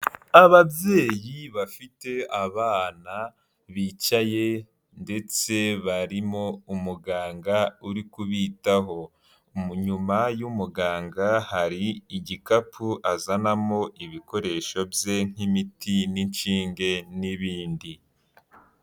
Ababyeyi bafite abana bicaye, ndetse barimo umuganga uri kubitaho, nyuma y'umuganga hari igikapu azanamo ibikoresho bye, nk'imiti n'inshinge n'ibindi.